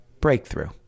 breakthrough